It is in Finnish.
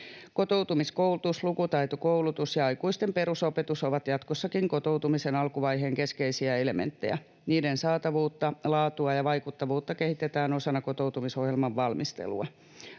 Kotoutumiskoulutus, lukutaitokoulutus ja aikuisten perusopetus ovat jatkossakin kotoutumisen alkuvaiheen keskeisiä elementtejä. Niiden saatavuutta, laatua ja vaikuttavuutta kehitetään osana kotoutumisohjelman valmistelua.